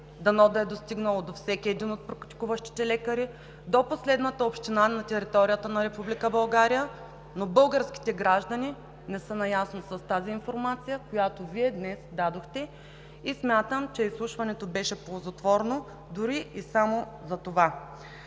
дано да е достигнало до всеки един от тях до последната община на територията на Република България, но българските граждани не са наясно с тази информация, която Вие днес дадохте, и смятам, че изслушването беше ползотворно дори и само за това.